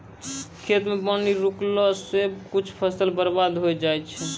खेत मे पानी रुकला से कुछ फसल बर्बाद होय जाय छै